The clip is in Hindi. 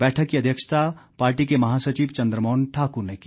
बैठक की अध्यक्षता पार्टी के महासचिव चन्द्रमोहन ठाक्र ने की